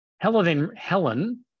Helen